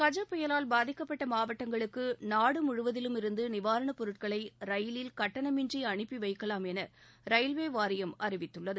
கஜ புயலால் பாதிக்கப்பட்ட மாவட்டங்களுக்கு நாடுமுழுவதிலும் இருந்து நிவாரணப் பொருட்களை ரயிலில் கட்டணமின்றி அனுப்பி வைக்கலாம் என ரயில்வே வாரியம் அறிவித்துள்ளது